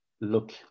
look